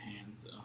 hands